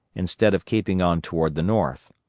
instead of keeping on toward the north.